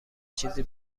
چیزی